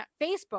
Facebook